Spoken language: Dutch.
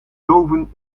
doven